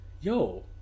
yo